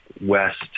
west